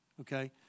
Okay